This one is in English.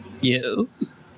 Yes